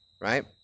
Right